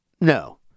no